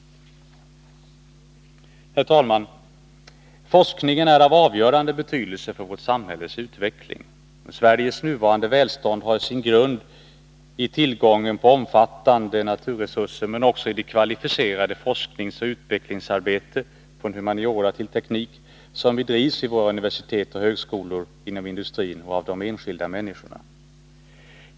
Herr talman! Forskningen är av avgörande betydelse för vårt samhälles utveckling. Sveriges nuvarande välstånd har sin grund i tillgången på omfattande naturresurser men också i det kvalificerade forskningsoch utvecklingsarbete — från humaniora till teknik — som bedrivits vid våra universitet och högskolor, inom industrin och av enskilda människor.